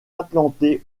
implantés